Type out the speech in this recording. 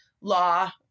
law